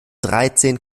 dreizehn